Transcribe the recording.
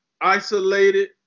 isolated